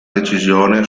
decisione